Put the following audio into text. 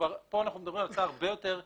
פה אנחנו מדברים על הצעה הרבה יותר צנועה,